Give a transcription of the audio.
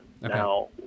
Now